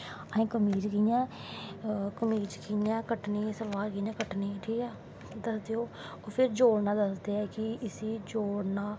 असैं कमीज़ कियां कट्टनी सलवार कियां कट्टनी फिर जोड़नांम दस्सदे ऐ कि इसी जोड़नां